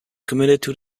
committed